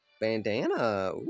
Bandana